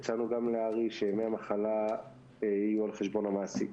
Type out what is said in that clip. הצענו גם להר"י שימי המחלה יהיו על חשבון המעסיק,